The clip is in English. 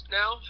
now